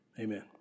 Amen